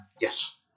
Yes